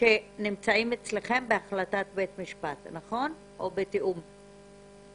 שנמצאים אצלכם בהחלטת בית משפט או בתיאום, נכון?